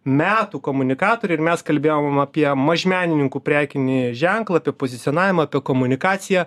metų komunikatorė ir mes kalbėjom apie mažmenininkų prekinį ženklą apie pozicionavimą apie komunikaciją